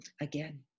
again